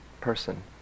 person